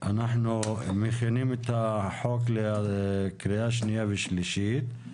אנחנו מכינים את החוק לקריאה שנייה ושלישית.